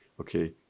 okay